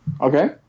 Okay